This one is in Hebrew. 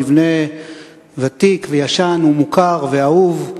מבנה ותיק וישן ומוכר ואהוב,